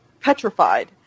petrified